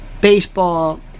Baseball